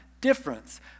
difference